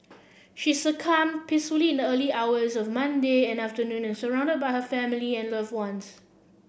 she succumbed peacefully in the early hours of Monday and afternoon and surrounded by her family and loved ones